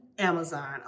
amazon